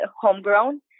homegrown